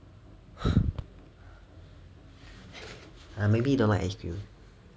maybe he don't like ice cream